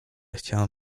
chciałem